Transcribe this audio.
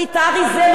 ותקשורת